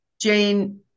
Jane